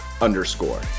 underscore